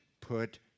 put